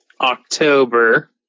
October